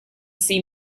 see